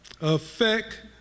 affect